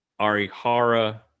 Arihara